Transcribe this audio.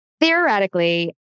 Theoretically